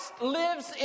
lives